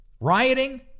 rioting